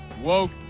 woke